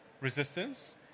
resistance